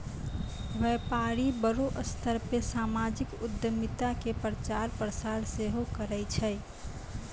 व्यपारी बड़ो स्तर पे समाजिक उद्यमिता के प्रचार प्रसार सेहो करै छै